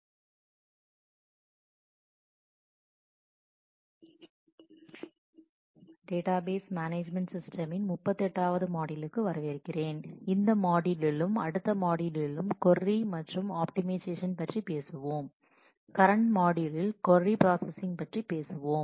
database management சிஸ்டமின் 38 ஆவது மாட்யூலுக்கு வரவேற்கிறேன் இந்த மாட்யூலுயிலும் அடுத்த மாட்யூலுயிலும் கொர்ரி மற்றும் ஆப்டிமைசேஷன் பற்றி பேசுவோம் கரண்ட் மாட்யூலில் கொர்ரி பிராஸஸிங் பற்றி பேசுவோம்